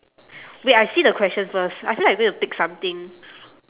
wait I see the question first I feel like you're going to pick something